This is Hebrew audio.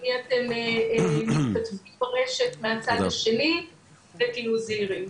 עם מי אתם מתכתבים ברשת מהצד השני ותהיו זהירים.